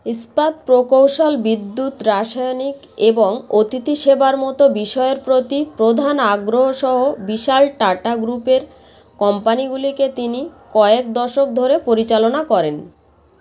ইস্পাত প্রকৌশল বিদ্যুৎ রাসায়নিক এবং অতিথি সেবার মতো বিষয়ের প্রতি প্রধান আগ্রহ সহ বিশাল টাটা গ্রুপের কোম্পানিগুলিকে তিনি কয়েক দশক ধরে পরিচালনা করেন